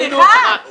סליחה,